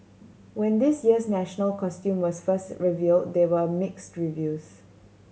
when this year's national costume was first revealed there were mixed reviews